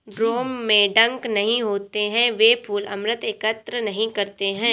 drone में डंक नहीं होते हैं, वे फूल अमृत एकत्र नहीं करते हैं